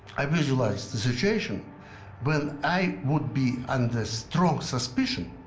i visualized the situation when i would be under strong suspicion,